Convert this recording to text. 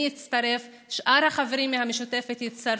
אני אצטרף, שאר החברים מהמשותפת יצטרפו,